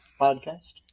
podcast